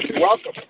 Welcome